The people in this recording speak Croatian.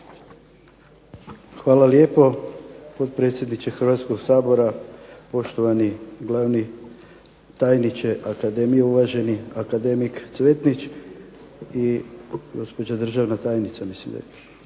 Hvala lijepo potpredsjedniče Hrvatskog sabora, poštovani glavni tajniče akademije, uvaženi akademik Cvetnić i gospođa državna tajnica